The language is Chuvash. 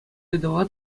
ыйтӑва